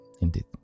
Indeed